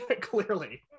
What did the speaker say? clearly